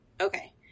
Okay